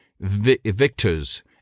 victors